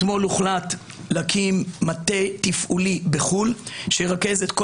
אתמול הוחלט להקים מטה תפעולי בחו"ל שירכז את כל